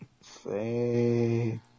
Say